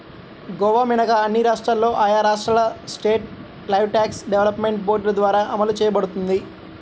గోవా మినహా అన్ని రాష్ట్రాల్లో ఆయా రాష్ట్రాల స్టేట్ లైవ్స్టాక్ డెవలప్మెంట్ బోర్డుల ద్వారా అమలు చేయబడుతోంది